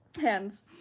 hands